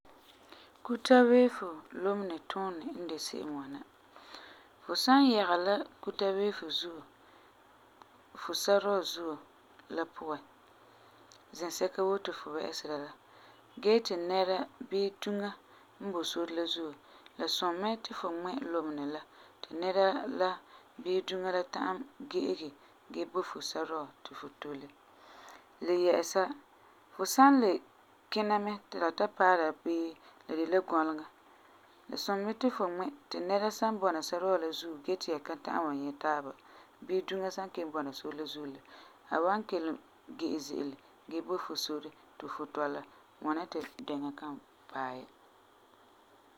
Kuta weefo tuunɛ n de se'em n ŋwana: Fu san yaga la kuta weefo zuo, fu sarɔɔ zuo la puan, zɛsɛka woo ti fu wɛ'ɛsera la gee ti nɛra bii duŋa n boi sore la zuo, la sum mɛ ti fu ŋmɛ lumenɛ la ti nɛra bii duŋa la ta'am bo fu sarɔɔ ti fu tole. Le yɛ'ɛsa, fu san le kina mɛ ti la ta paara bii la de la gɔleŋa, la sum mɛ ti fu ŋmɛ ti nɛra san bɔna sarɔɔ la zuugo gee ti ya ka ta'am n wan nyɛ taaba bii duŋa san kelum bɔna sore la zuo la, a wan kelum ge'e ze'ele gee bo fu sore ti fu tɔla. Ŋwana ti dɛŋa kan paɛ ya.